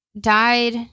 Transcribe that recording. died